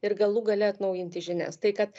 ir galų gale atnaujinti žinias tai kad